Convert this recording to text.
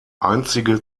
einzige